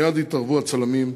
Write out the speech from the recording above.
מייד התערבו הצלמים,